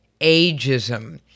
ageism